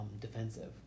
defensive